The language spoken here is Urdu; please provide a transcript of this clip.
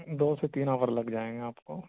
دو سے تین اور لگ جائیں گے آپ کو